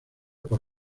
por